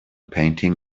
painting